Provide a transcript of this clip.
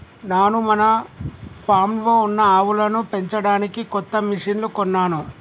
నాను మన ఫామ్లో ఉన్న ఆవులను పెంచడానికి కొత్త మిషిన్లు కొన్నాను